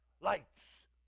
Lights